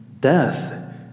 Death